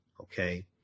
Okay